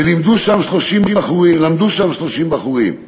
ולמדו שם 30 בחורים.